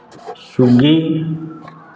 Swiggy